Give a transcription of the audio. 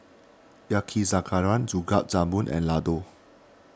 Yakizakana Gulab Jamun and Ladoo